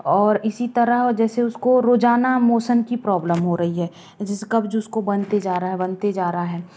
और इसी तरह जैसे उसको रोज़ाना मोशन की प्रॉब्लम हो रही है जैसे कब्ज़ उसको बनते जा रहा है बनते जा रहा है